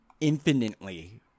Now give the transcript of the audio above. infinitely